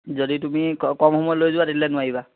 যদি তুমি কম সময়ত লৈ যোৱা তেতিয়াহ'লে নোৱাৰিবা